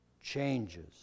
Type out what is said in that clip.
changes